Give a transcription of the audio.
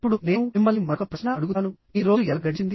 ఇప్పుడు నేను మిమ్మల్ని మరొక ప్రశ్న అడుగుతానుః మీ రోజు ఎలా గడిచింది